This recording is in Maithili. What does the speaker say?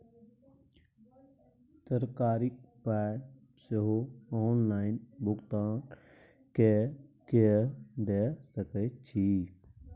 तरकारीक पाय सेहो ऑनलाइन भुगतान कए कय दए सकैत छी